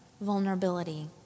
vulnerability